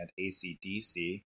ACDC